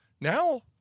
Now